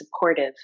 supportive